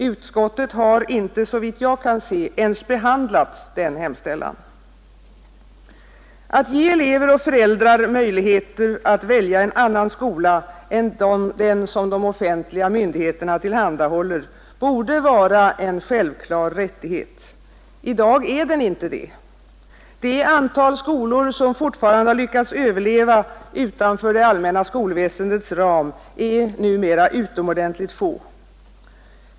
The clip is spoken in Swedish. Utskottet har inte ens, såvitt jag kan se, behandlat denna hemställan. Att ge elever och föräldrar möjlighet att välja en annan skola än den som de offentliga myndigheterna tillhandahåller borde vara en självklar rättighet. I dag är den inte det. Det antal skolor som lyckats överleva utanför det allmänna skolväsendets ram är utomordentligt litet.